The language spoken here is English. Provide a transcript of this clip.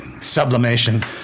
sublimation